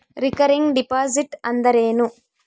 Recurring deposit ಅಂದರೇನು?